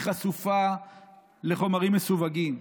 היא חשופה לחומרים מסווגים.